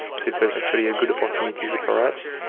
so it was actually a good opportunity for us.